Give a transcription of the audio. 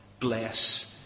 bless